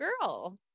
girl